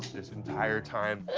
this entire time.